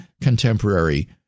contemporary